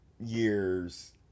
years